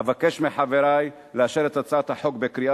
אבקש מחברי לאשר את הצעת החוק בקריאה